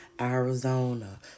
Arizona